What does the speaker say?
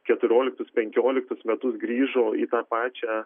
keturioliktus penkioliktus metus grįžo į tą pačią